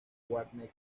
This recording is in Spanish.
warner